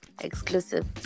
exclusive